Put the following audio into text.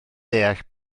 deall